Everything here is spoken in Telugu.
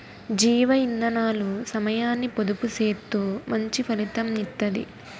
జీవ ఇందనాలు సమయాన్ని పొదుపు సేత్తూ మంచి ఫలితం ఇత్తది